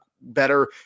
better